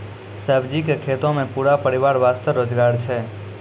सब्जी के खेतों मॅ पूरा परिवार वास्तॅ रोजगार छै